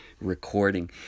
recording